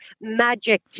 magic